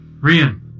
Rian